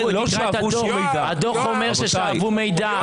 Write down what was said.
הדוח אומר ששאבו מידע.